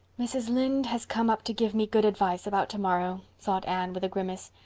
mrs. lynde has come up to give me good advice about tomorrow, thought anne with a grimace,